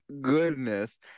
goodness